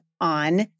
on